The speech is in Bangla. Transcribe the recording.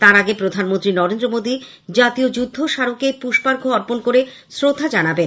তার আগে প্রধানমন্ত্রী নরেন্দ্র মোদী জাতীয় যুদ্ধ স্মারকে পুশপারঘ্য অর্পণ করে শ্রদ্ধা জানাবেন